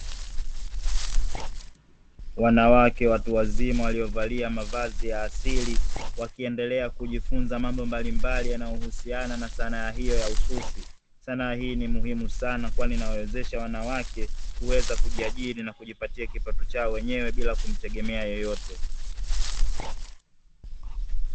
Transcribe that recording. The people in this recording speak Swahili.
Wanawake watu wazima waliovalia mavazi ya asili, wakiendelea kujifunza mambo mbalimbali yanayohusiana na sanaa hiyo ya ususi. Sanaa hii ni muhimu sana, kwani inawawezesha wanawake kuweza kujiajiri na kujipatia kipato chao wenyewe bila kumtegemea yeyote.